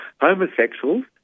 homosexuals